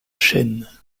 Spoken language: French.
chêne